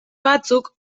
batzuk